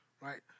right